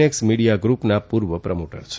x media ગૃપના પૂર્વ promoter છે